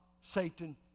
Satan